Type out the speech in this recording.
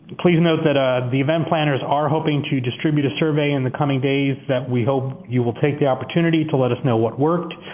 please note that ah the event planners are hoping to distribute a survey in the coming days that we hope you will take the opportunity to let us know what worked,